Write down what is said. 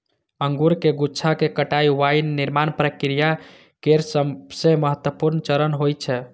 अंगूरक गुच्छाक कटाइ वाइन निर्माण प्रक्रिया केर सबसं महत्वपूर्ण चरण होइ छै